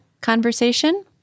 conversation